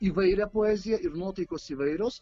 įvairią poeziją ir nuotaikos įvairios